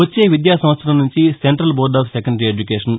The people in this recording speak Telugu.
వచ్చే విద్యాసంవత్సరం నుంచి central board of secondary education